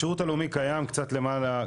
השירות הלאומי קיים קצת למעלה,